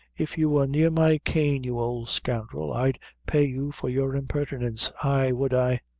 if you were near my cane, you old scoundrel, i'd pay you for your impertinence, ay would i.